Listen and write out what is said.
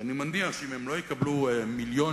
שאני מניח שאם הם לא יקבלו 1.8 מיליון